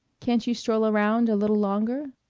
can't you stroll around a little longer?